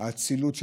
האצילות שלהם,